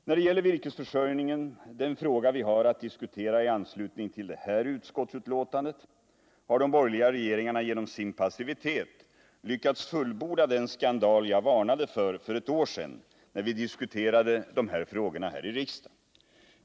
När det gäller virkesförsörjningen — den fråga vi har att diskutera i anslutning till det här utskottsbetänkandet — har de borgerliga regeringarna genom sin passivitet lyckats fullborda den skandal jag varnade för, när vi för ett år sedan diskuterade dessa frågor här i riksdagen.